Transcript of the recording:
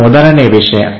ಇದು ಮೊದಲನೇ ವಿಷಯ